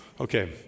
Okay